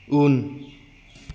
उन